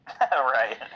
Right